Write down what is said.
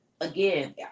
again